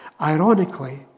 Ironically